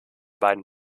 beiden